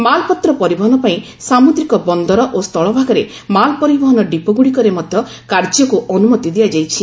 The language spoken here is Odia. ମାଲପତ୍ର ପରିବହନ ପାଇଁ ସାମୁଦ୍ରିକ ବନ୍ଦର ଓ ସ୍ଥଳଭାଗରେ ମାଲ ପରିବହନ ଡିପୋଗୁଡ଼ିକରେ ମଧ୍ୟ କାର୍ଯ୍ୟକୁ ଅନୁମତି ଦିଆଯାଇଛି